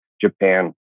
Japan